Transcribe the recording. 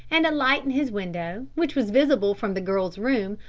and a light in his window, which was visible from the girl's room,